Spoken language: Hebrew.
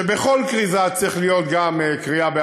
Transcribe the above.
שבכל כריזה צריכה להיות גם קריאה בערבית,